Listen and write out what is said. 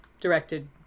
directed